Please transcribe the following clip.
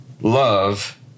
love